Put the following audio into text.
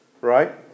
Right